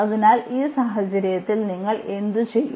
അതിനാൽ ഈ സാഹചര്യത്തിൽ നിങ്ങൾ എന്തുചെയ്യും